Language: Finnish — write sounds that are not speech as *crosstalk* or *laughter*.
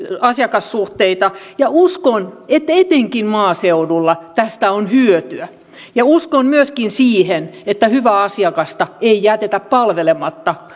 asiakassuhteita ja uskon että etenkin maaseudulla tästä on hyötyä uskon myöskin siihen että hyvää asiakasta ei jätetä palvelematta *unintelligible*